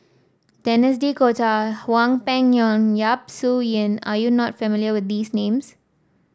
Denis D'Cotta Hwang Peng Yuan Yap Su Yin are you not familiar with these names